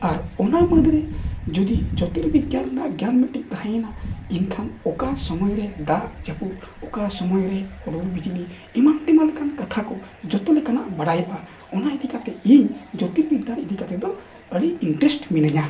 ᱟᱨ ᱚᱱᱟ ᱢᱩᱫᱽᱨᱮ ᱡᱩᱫᱤ ᱡᱳᱛᱤᱨ ᱵᱤᱜᱽᱜᱟᱱ ᱨᱮᱭᱟᱜ ᱜᱮᱭᱟᱱ ᱢᱤᱫᱴᱤᱡ ᱛᱟᱦᱮᱱᱟ ᱮᱱᱠᱷᱟᱱ ᱚᱠᱟ ᱥᱚᱢᱚᱭ ᱨᱮ ᱫᱟᱜ ᱡᱟᱹᱯᱩᱫ ᱚᱠᱟ ᱥᱚᱢᱚᱭ ᱨᱮ ᱦᱩᱰᱩᱨ ᱵᱤᱡᱽᱞᱤ ᱮᱢᱟᱱ ᱛᱮᱢᱟᱱ ᱞᱮᱠᱟᱱ ᱠᱟᱛᱷᱟ ᱠᱚ ᱡᱚᱛᱚ ᱞᱮᱠᱟᱱᱟᱜ ᱵᱟᱲᱟᱭᱚᱜᱼᱟ ᱚᱱᱟ ᱤᱫᱤ ᱠᱟᱛᱮᱫ ᱤᱧ ᱡᱳᱛᱤᱨ ᱵᱤᱜᱽᱜᱟᱱ ᱤᱫᱤ ᱠᱟᱛᱮᱫ ᱫᱚ ᱟᱹᱰᱤ ᱤᱱᱴᱟᱨᱮᱥᱴ ᱢᱤᱱᱟᱹᱧᱟ